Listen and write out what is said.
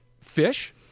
fish